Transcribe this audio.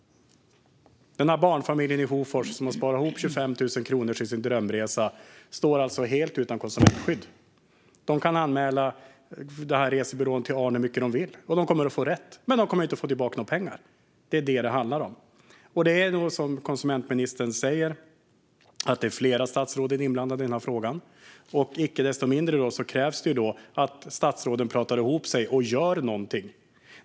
Den där barnfamiljen i Hofors som har sparat ihop 25 000 kronor till sin drömresa står alltså helt utan konsumentskydd. De kan anmäla resebyrån till ARN hur mycket de vill, och de kommer att få rätt - men de kommer inte att få tillbaka några pengar. Det är vad det handlar om. Som konsumentministern säger är det flera statsråd inblandade i den här frågan. Icke desto mindre krävs det att statsråden pratar ihop sig och gör någonting.